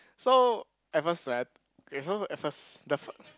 so at first when I so at first the f~ !huh! ya